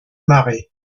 marées